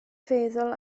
feddwl